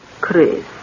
Chris